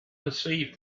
perceived